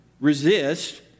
resist